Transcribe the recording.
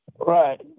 Right